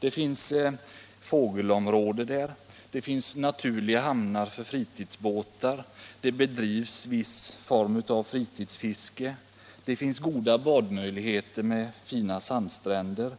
Det finns fågelområde där, det finns naturliga hamnar för fritidsbåtar, det bedrivs viss form av fritidsfiske, det finns goda badmöjligheter med sandstränder